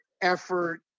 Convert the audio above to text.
effort